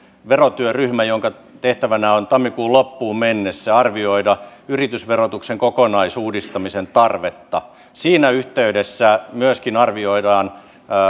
verotyöryhmä jonka tehtävänä on tammikuun loppuun mennessä arvioida yritysverotuksen kokonaisuudistamisen tarvetta siinä yhteydessä myöskin arvioidaan